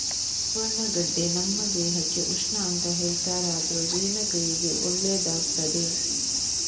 ಸುವರ್ಣಗಡ್ಡೆ ನಮ್ಮ ದೇಹಕ್ಕೆ ಉಷ್ಣ ಅಂತ ಹೇಳ್ತಾರಾದ್ರೂ ಜೀರ್ಣಕ್ರಿಯೆಗೆ ಒಳ್ಳೇದಾಗ್ತದೆ